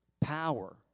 Power